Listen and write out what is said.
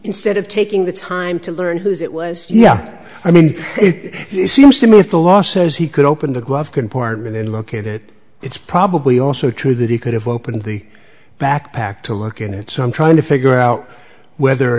instead of taking the time to learn whose it was yeah i mean it seems to me if the law says he could open the glove compartment and look at it it's probably also true that he could have opened the backpack to look at it some trying to figure out whether or